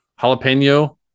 Jalapeno